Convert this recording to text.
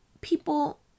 people